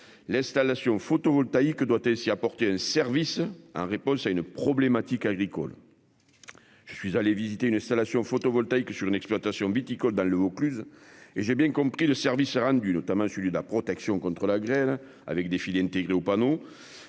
L'installation photovoltaïque doit ainsi apporter un service en réponse à une problématique agricole. » Je suis allé visiter une installation photovoltaïque sur une exploitation viticole dans le Vaucluse et j'ai bien compris le service rendu en matière de protection contre la grêle, grâce à des filets intégrés aux panneaux,